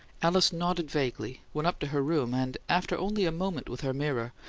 alice nodded vaguely, went up to her room, and, after only a moment with her mirror,